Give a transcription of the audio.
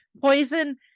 poison